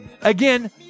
Again